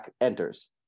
enters